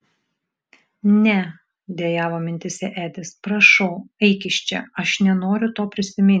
ne dejavo mintyse edis prašau eik iš čia aš nenoriu to prisiminti